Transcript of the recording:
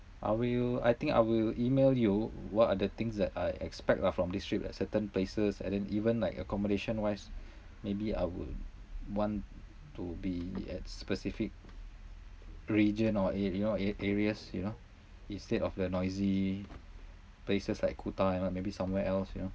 I will I think I will email you what are the things that I expect lah from this trip like certain places and then even like accommodation wise maybe I would want to be at specific region or area or areas you know instead of the noisy places like kuta you know maybe somewhere else you know